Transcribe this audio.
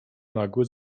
nagłe